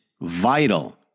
vital